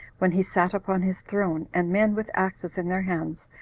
when he sat upon his throne and men, with axes in their hands,